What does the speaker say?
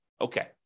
okay